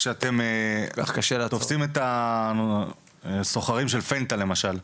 כשאתם תופסים את הסוחרים של FENTA למשל,